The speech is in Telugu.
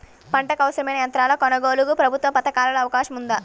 పంటకు అవసరమైన యంత్రాల కొనగోలుకు ప్రభుత్వ పథకాలలో అవకాశం ఉందా?